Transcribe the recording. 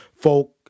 folk